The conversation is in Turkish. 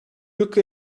yılki